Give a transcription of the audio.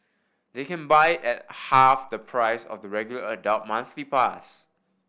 they can buy at half the price of the regular adult monthly pass